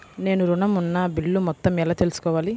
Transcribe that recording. నేను ఋణం ఉన్న బిల్లు మొత్తం ఎలా తెలుసుకోవాలి?